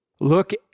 Look